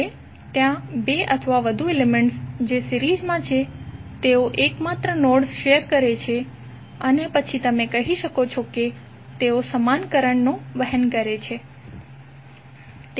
હવે ત્યાં બે અથવા વધુ એલિમેન્ટ્સ છે જે સિરીઝમાં છે તેઓ એકમાત્ર નોડ શેર કરે છે અને પછી તમે કહી શકો છો કે તેઓ સમાન કરંટ વહન કરશે